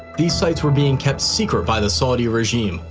these sites were being kept secret by the saudi regime,